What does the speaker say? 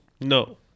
No